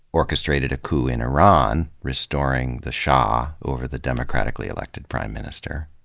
orchestrated a coup in iran restoring the shah over the democratically elected prime minister.